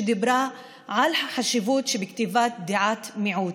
שדיברה על החשיבות שבכתיבת דעת מיעוט,